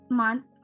month